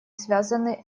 связаны